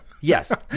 Yes